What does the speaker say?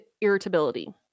irritability